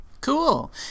Cool